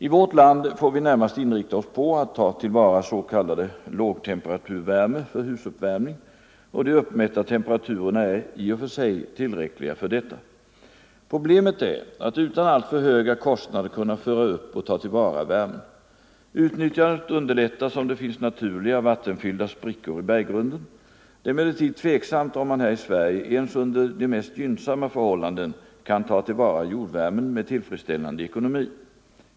I vårt land får vi närmast inrikta oss på att ta till vara s.k. lågtemperaturvärme för husuppvärmning, och de uppmätta temperaturerna är i och för sig tillräckliga för detta. Problemet är att utan alltför höga kostnader kunna föra upp och ta till vara värmen. Utnyttjandet underlättas om det finns naturliga, vattenfyllda sprickor i berggrunden. Det är emellertid tveksamt om man här i Sverige ens under de mest gynnsamma förhållanden kan ta till vara jordvärmen med tillfredsställande ekonomi.